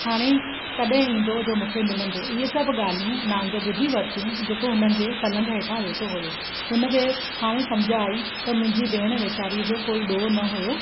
हाणे कॾहिं ईंदो जो मूंखे मिलंदो इहे सभु ॻाल्हियूं नांगु ॿुधी वरितियूं जेको हुननि जे पलंग हेठां वेठो हुओ हुन खे हाणे सम्झ आई त मुंहिंजी भेण वेचारीअ जो कोई ॾोह न हुओ